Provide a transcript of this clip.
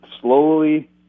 slowly